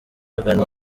agana